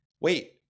wait